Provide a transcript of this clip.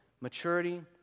maturity